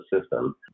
system